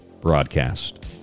broadcast